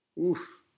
Oof